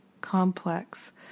complex